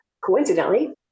Coincidentally